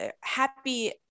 Happy